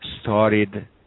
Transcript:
started